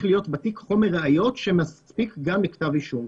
להיות בתיק חומר ראיות שמספיק גם לכתב אישום.